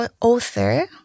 author